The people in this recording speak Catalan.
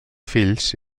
fills